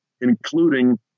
including